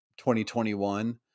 2021